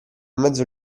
mezzo